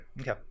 Okay